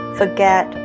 forget